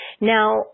Now